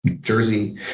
Jersey